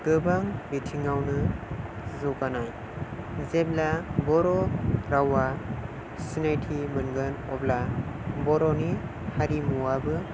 गोबां बिथिङावनो जौगानांगौ जेब्ला बर' रावा सिनायथि मोनगोन अब्ला बर'नि हारिमुवाबो